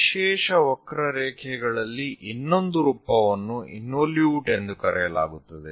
ವಿಶೇಷ ವಕ್ರರೇಖೆಗಳಲ್ಲಿ ಇನ್ನೊಂದು ರೂಪವನ್ನು ಇನ್ವೊಲ್ಯೂಟ್ ಎಂದು ಕರೆಯಲಾಗುತ್ತದೆ